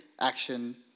action